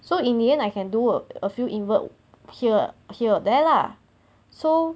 so in the end I can do err a few invert here here there lah so